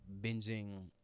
binging